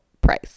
price